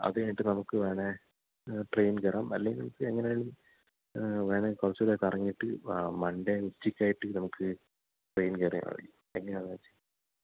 അതുകഴിഞ്ഞിട്ട് നമുക്ക് വേണമെങ്കില് ട്രെയിൻ കയറാം അല്ലെങ്കിൽ നമുക്ക് എങ്ങനെ വേണമെങ്കിൽ കുറച്ചുകൂടെ കറങ്ങിയിട്ട് മണ്ടേ ഉച്ചയ്ക്കായിട്ട് നമുക്ക് ട്രെയിൻ കയറിയാല് മതി എങ്ങനെയാണെന്ന് വെച്ചാല്